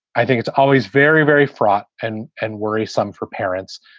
i think it's always very, very fraught and and worrisome for parents.